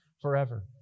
forever